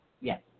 Yes